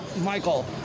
Michael